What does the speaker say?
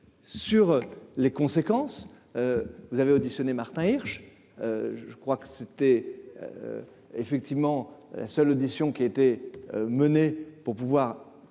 sur les conséquences, vous avez auditionné, Martin Hirsch, je crois que c'était effectivement la seule audition qui a été menée pour pouvoir